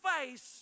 face